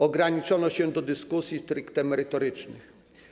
Ograniczono się do dyskusji stricte merytorycznych.